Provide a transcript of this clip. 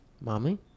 Mommy